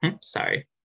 sorry